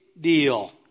deal